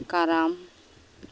ᱠᱟᱨᱟᱢ